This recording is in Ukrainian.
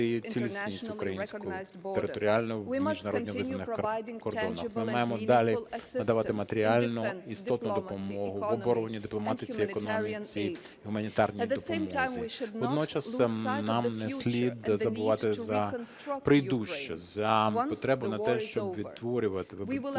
Ми маємо далі надавати матеріальну істотну допомогу в обороні, дипломатиці, економіці і в гуманітарній допомозі. Водночас нам не слід забувати за прийдуще, за потребу на те, щоб відтворювати, вибудовувати Україну.